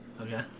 Okay